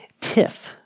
tiff